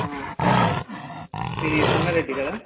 సరే మీది సంగారెడ్డి కదా